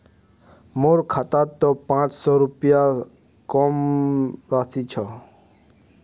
मोर खातात त पांच सौ रुपए स कम राशि छ